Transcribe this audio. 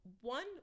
one